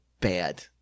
bad